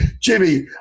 Jimmy